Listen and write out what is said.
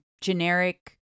generic